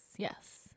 Yes